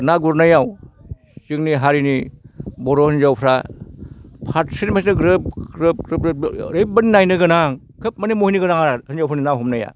ना गुरनायाव जोंनि हारिनि बर' हिन्जावफ्रा फाक्सिल मोनसे ग्रोब ग्रोब ग्रोब ग्रोब ओरैबायदि नायनो गोनां खोब माने महिनि गोनां आरो हिन्जावफोरनि ना हमनाया